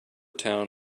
town